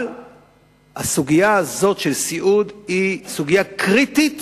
אבל הסוגיה הזאת של סיעוד היא סוגיה קריטית